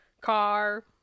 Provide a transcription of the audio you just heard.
car